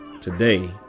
today